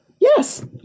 Yes